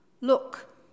Look